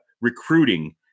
recruiting